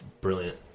brilliant